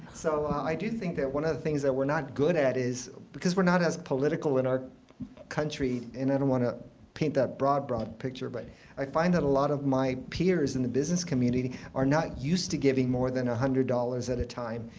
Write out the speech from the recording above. so i do think that one of the things that we're not good at is because we're not as political in our country. and i don't want to paint that broad, broad picture. but i find that a lot of my peers in the business community are not used to giving more than one hundred dollars at a time.